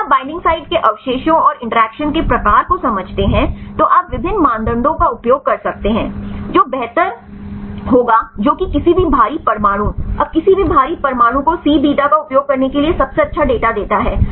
यदि आप binding site के अवशेषों और इंटरैक्शन के प्रकार को समझते हैं तो आप विभिन्न मानदंडों का उपयोग कर सकते हैं जो बेहतर होगा जो कि किसी भी भारी परमाणु अब किसी भी भारी परमाणु को सी बीटा का उपयोग करने के लिए सबसे अच्छा डेटा देता है